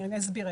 אני אסביר: